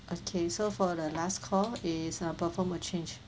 okay so for the last call is uh perform a change